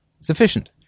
Sufficient